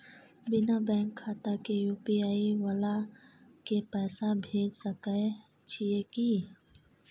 बिना बैंक खाता के यु.पी.आई वाला के पैसा भेज सकै छिए की?